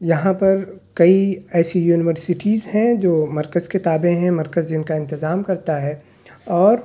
یہاں پر کئی ایسی یونیورسٹیز ہیں جو مرکز کے تابع ہیں مرکز ہی ان کا انتظام کرتا ہے اور